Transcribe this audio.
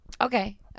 Okay